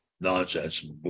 nonsense